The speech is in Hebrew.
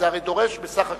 זה הרי דורש בסך הכול,